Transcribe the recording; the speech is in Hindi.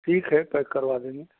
ठीक है पैक करवा देंगे